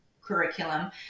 curriculum